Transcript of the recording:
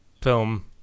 film